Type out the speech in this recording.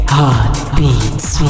Heartbeats